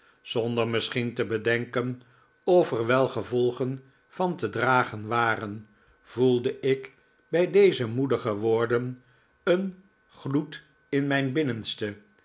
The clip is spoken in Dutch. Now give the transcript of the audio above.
zonder misschien te bedenken of er wel gevolgen van te dragen waren voelde ik bij deze moedige woorden een gloed in mijn binnenste